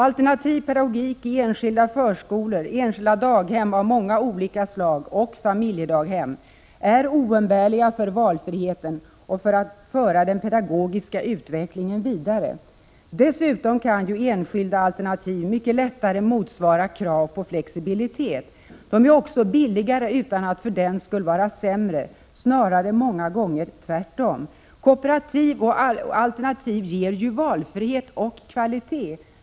Alternativ pedagogik i enskilda förskolor, enskilda daghem av många olika slag och familjedaghem, är oumbärliga för valfriheten och för att föra den pedagogiska utvecklingen vidare. Dessutom kan enskilda alternativ mycket lättare motsvara krav på flexibilitet. De är också billigare utan att för den skulle vara sämre. Snarare är det många gånger tvärtom. Kooperativ och alternativ ger valfrihet och kvalitet.